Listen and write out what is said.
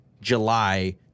July